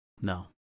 No